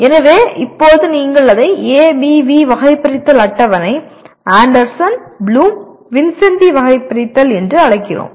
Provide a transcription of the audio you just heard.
எனவே இப்போது நீங்கள் அதை ஏபிவி வகைபிரித்தல் அட்டவணை ஆண்டர்சன் ப்ளூம் வின்சென்டி வகைபிரித்தல் அட்டவணை என்று அழைக்கிறோம்